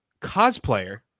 cosplayer